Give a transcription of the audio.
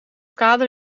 kader